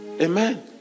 Amen